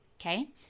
Okay